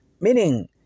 Meaning